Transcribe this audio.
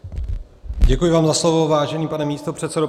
Děkuji vám za slovo, vážený pane místopředsedo.